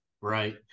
Right